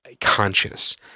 conscious